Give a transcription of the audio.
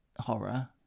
horror